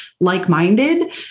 like-minded